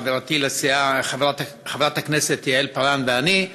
חברתי לסיעה חברת הכנסת יעל פארן ואני,